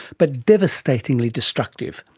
but devastatingly destructive.